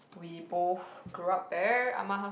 we both grew up there Ah-Ma house